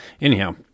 Anyhow